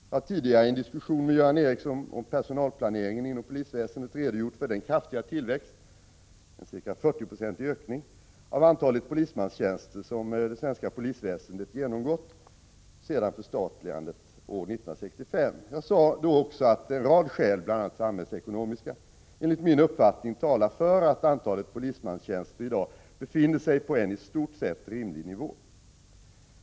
Jag har tidigare i en diskussion med Göran Ericsson om personalplaneringen inom polisväsendet redogjort för den kraftiga tillväxt — en ca 40-procentig ökning — av antalet polismanstjänster som det svenska polisväsendet genomgått sedan förstatligandet år 1965. Jag sade då också att en rad skäl, bl.a. samhällsekonomiska, enligt min uppfattning talar för att antalet polismanstjänster i dag befinner sig på en i stort sett rimlig nivå.